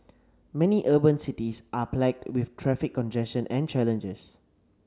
many urban cities are plagued with traffic congestion and challenges